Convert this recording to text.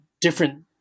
different